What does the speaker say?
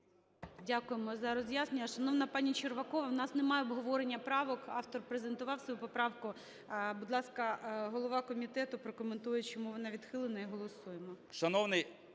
Дякуємо за роз'яснення. Шановна пані Червакова, у нас немає обговорення правок, автор презентував свою поправку. Будь ласка, голова комітету прокоментує, чому вона відхилена, і голосуємо.